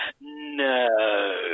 no